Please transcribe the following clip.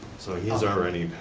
so he's already